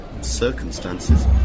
circumstances